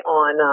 on